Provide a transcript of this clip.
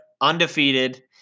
undefeated